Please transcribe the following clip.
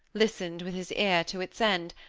listened with his ear to its end,